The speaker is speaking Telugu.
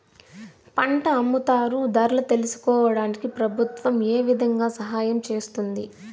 పంట అమ్ముతారు ధరలు తెలుసుకోవడానికి ప్రభుత్వం ఏ విధంగా సహాయం చేస్తుంది?